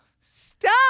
stop